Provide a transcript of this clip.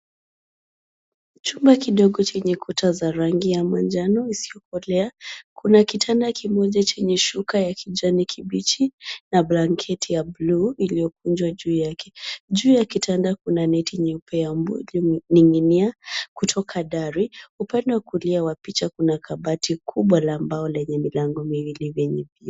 Chumba kidogo chenye kuta za rangi ya manjano isiyokolea, kuna kitanda kimoja chenye shuka ya kijani kibichi na blanketi ya bluu iliyokunjwa juu yake. Juu ya kitanda kuna neti nyeupe ya mbu iliyong'inia kutoka dari, upande wa kulia wa picha kuna kabati kubwa la mbao lenye milango miwili vyenye vioo.